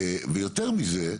ויותר מזה,